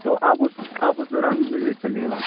تو آپ اس آپ اس دوران وزٹ کر لیجیے گا